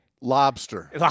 Lobster